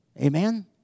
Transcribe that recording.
Amen